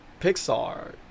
Pixar